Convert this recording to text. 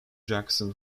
jackson